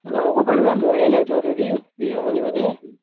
ନଳକୂଅ ପାଣି ବା ଲୁହାଳିଆ ଲାଗୁଥିବ ଦିଦି ପିଇହବନି ବୋଧେ